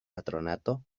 patronato